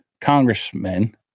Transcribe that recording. congressmen